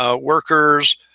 workers